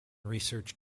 research